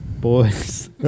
Boys